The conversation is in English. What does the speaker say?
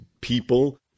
people